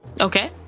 Okay